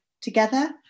together